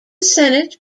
senate